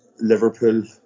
Liverpool